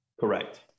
Correct